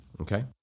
okay